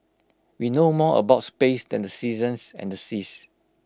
we know more about space than the seasons and the seas